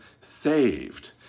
saved